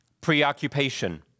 preoccupation